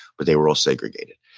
but they were all segregated.